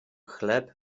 chleb